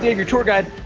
your tour guide.